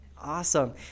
Awesome